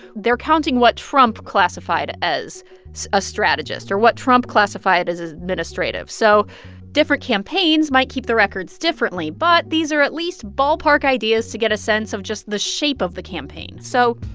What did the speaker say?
they're counting what trump classified as so a strategist or what trump classified as as administrative. so different campaigns might keep the records differently. but these are at least ballpark ideas to get a sense of just the shape of the campaign. so,